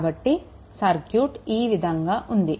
కాబట్టి సర్క్యూట్ ఈ విధంగా ఉంది